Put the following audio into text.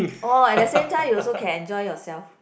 orh at the same time you also can enjoy yourself